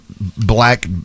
black